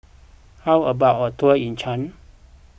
how about a tour in Chad